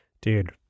Dude